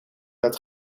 dat